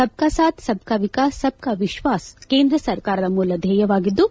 ಸಬ್ ಕಾ ಸಾತ್ ಸಬ್ ಕಾ ವಿಕಾಸ್ ಸಬ್ ಕಾ ವಿಶ್ವಾಸ್ ಕೇಂದ್ರ ಸರ್ಕಾರದ ಮೂಲ ಧ್ಲೇಯವಾಗಿದ್ದು